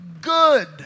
good